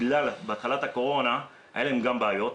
בתחילת הקורונה היו להם גם בעיות,